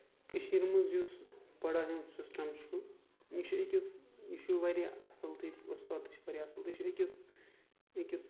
کٔشیٖر منٛز یُس پڑایہِ ہُنٛد سِسٹم چھُ یہِ چھُ أکِس یہِ چھُ واریاہ اَصٕل تہٕ ییٚتِکۍ اُستاد تہِ چھِ واریاہ اَصٕل بیٚیہِ چھِ أکِس أکِس